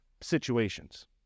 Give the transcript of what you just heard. situations